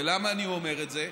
ולמה אני אומר את זה?